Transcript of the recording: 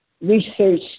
research